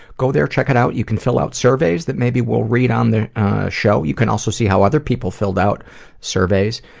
go there, check it out, you can fill out surveys that maybe we'll read on the show, you can also see how other people filled out surveys,